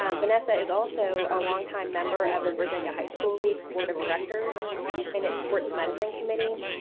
ah vanessa is also a long time member of the virginia high school league's board of directors and its sports medicine committee.